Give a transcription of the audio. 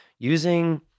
using